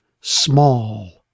small